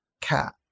cat